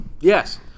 Yes